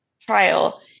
trial